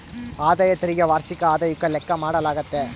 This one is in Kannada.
ಆದಾಯ ತೆರಿಗೆ ವಾರ್ಷಿಕ ಆದಾಯುಕ್ಕ ಲೆಕ್ಕ ಮಾಡಾಲಾಗ್ತತೆ